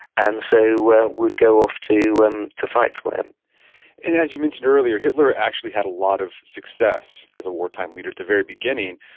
and so would go off to and to fight for him and as you mentioned earlier, hitler actually had a lot of success as a wartime leader at the very beginning.